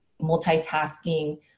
multitasking